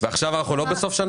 ועכשיו אנחנו לא בסוף שנה?